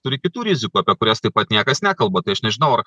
turi kitų rizikų apie kurias taip pat niekas nekalba tai aš nežinau ar